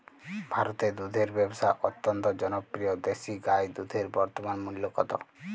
ভারতে দুধের ব্যাবসা অত্যন্ত জনপ্রিয় দেশি গাই দুধের বর্তমান মূল্য কত?